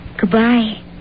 Goodbye